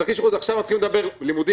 בתרחיש הייחוס עכשיו מתחילים לדבר אם הלימודים